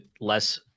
less